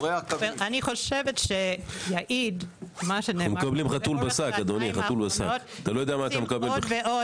אני חושבת שיעיד מה שנאמר --- רוצים עוד ועוד